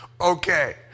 Okay